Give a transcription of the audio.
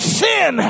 sin